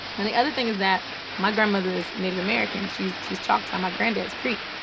and the other thing is that my grandmother is native american. she's she's choctaw. my grandad's creek.